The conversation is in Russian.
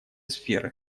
сферы